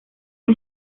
una